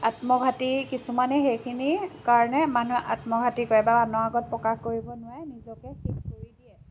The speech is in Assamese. আত্মঘাতী কিছুমানে সেইখিনি কাৰণে মানুহে আত্মঘাতী কৰে বা আনৰ আগত প্ৰকাশ কৰিব নোৱাৰে নিজকে শেষ কৰি দিয়ে